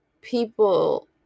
people